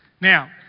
Now